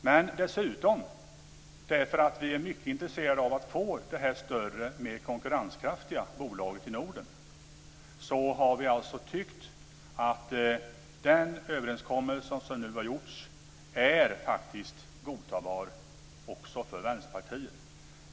Men dessutom är vi mycket intresserade av att få detta större och mer konkurrenskraftiga bolaget i Norden. Därför tycker vi att den överenskommelse som nu har gjorts faktiskt är godtagbar också för Vänsterpartiet.